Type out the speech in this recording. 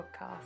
podcast